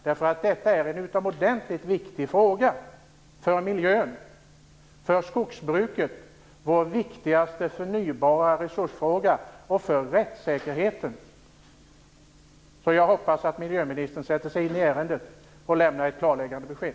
Detta är nämligen en utomordentligt viktig fråga för miljön, för skogsbruket - vår viktigaste förnybara resurs - och för rättssäkerheten. Jag hoppas därför att miljöministern sätter sig in i ärendet och lämnar ett klarläggande besked.